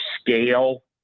scale